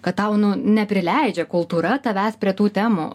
kad tau nu neprileidžia kultūra tavęs prie tų temų